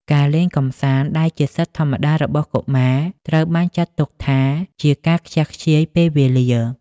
ការលេងកម្សាន្តដែលជាសិទ្ធិធម្មជាតិរបស់កុមារ ត្រូវបានចាត់ទុកថាជាការខ្ជះខ្ជាយពេលវេលា។